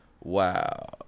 Wow